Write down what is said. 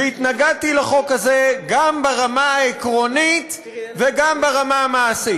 והתנגדתי לחוק הזה גם ברמה העקרונית וגם ברמה המעשית,